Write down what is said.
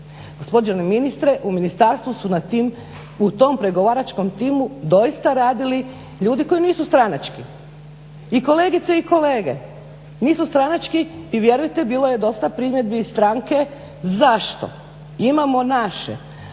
Gospodine ministre, u ministarstvu su na tim, u tom pregovaračkom timu doista radili ljudi koji nisu stranački, i kolegice i kolege nisu stranački i vjerujte bilo je dosta primjedbi iz stranke zašto imam naše,